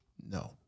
no